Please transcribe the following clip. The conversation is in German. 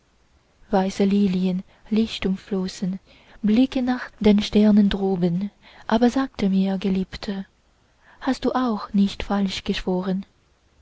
weiße lilien lichtumflossen blicken nach den sternen droben aber sage mir geliebte hast du auch nicht falsch geschworen